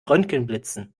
röntgenblitzen